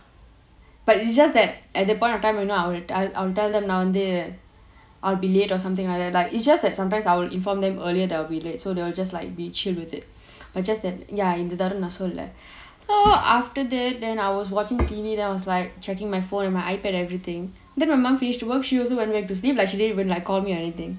but it's just that at that point of time you know I would tell them நான் வந்து:naan vanthu I will be late or something like that like it's just that sometimes I will inform them earlier that I will be late so they will just like be chill with it but just that ya இந்த தடவ நான் சொல்லல:intha thadava naan sollala after that then I was watching T_V then I was like checking my phone and my iPad everything then my mum finish work she also went back to sleep like didn't even like call me or anything